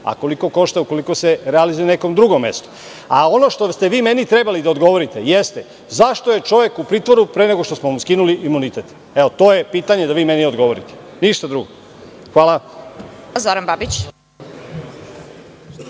a koliko košta ukoliko se realizuje na nekom drugom mestu. Ono što ste vi meni trebali da odgovorite jeste – zašto je čovek u pritvoru pre nego što smo mu skinuli imunitet? To je pitanje da mi odgovorite, ništa drugo. Hvala. **Vesna